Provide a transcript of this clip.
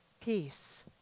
peace